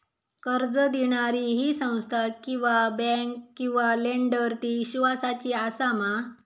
कर्ज दिणारी ही संस्था किवा बँक किवा लेंडर ती इस्वासाची आसा मा?